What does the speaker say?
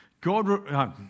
God